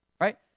right